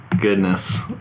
Goodness